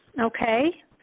okay